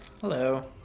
Hello